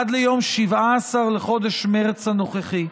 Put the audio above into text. עד ליום 17 לחודש מרץ הנוכחי,